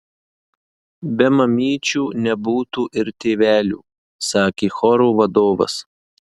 be mamyčių nebūtų ir tėvelių sakė choro vadovas